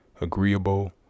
agreeable